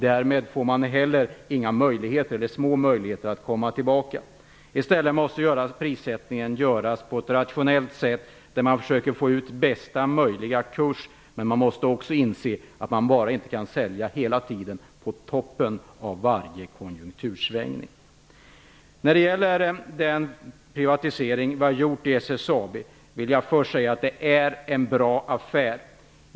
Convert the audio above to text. Därmed blir möjligheterna att komma tillbaka små. I stället måste prissättningen göras på ett rationellt sätt för att få ut bästa möjliga kurs. Man måste inse att det inte går att hela tiden sälja på toppen av varje konjunktursvängning. Vidare har vi frågan om privatiseringen i SSAB. Det är en bra affär.